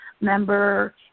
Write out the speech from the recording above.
member